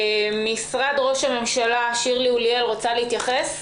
שירלי אוליאל ממשרד ראש הממשלה, את רוצה להתייחס?